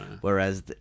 Whereas